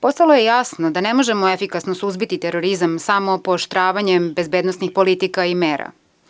Postalo je jasno da ne možemo efikasno suzbiti terorizam samo pooštravanjem bezbednosnih politika i mera.